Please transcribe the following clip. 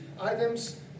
items